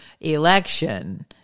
election